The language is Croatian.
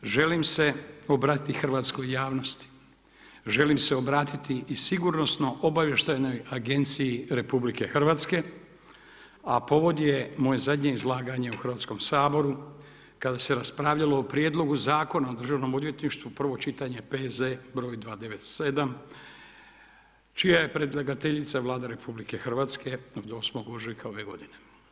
Želim se obratiti hrvatskoj javnosti, želim se obratiti i sigurnosno obavještajnoj agenciji RH, a povod je moje zadnje izlaganje u Hrvatskom saboru kada se raspravljalo o prijedlogu Zakona o državnom odvjetništvu, prvo čitanje P.Z. broj 297. čija je predlagateljica Vlada RH od 8. ožujka ove godine.